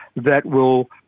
that will